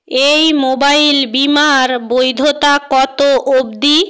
এই মোবাইল বিমার বৈধতা কত অবধি